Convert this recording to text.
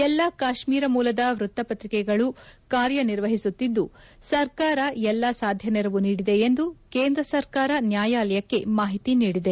ಎಲ್ಲಾ ಕಾಶ್ಮೀರ ಮೂಲದ ವೃತ್ತಪ್ರತಿಕೆಗಳು ಕಾರ್ಯನಿರ್ವಹಿಸುತ್ತಿದ್ದು ಸರ್ಕಾರ ಎಲ್ಲ ಸಾಧ್ಯ ನೆರವು ನೀಡಿದೆ ಎಂದು ಕೇಂದ್ರ ಸರ್ಕಾರ ನ್ವಾಯಾಲಯಕ್ಕೆ ಮಾಹಿತಿ ನೀಡಿದೆ